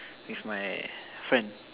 with my friend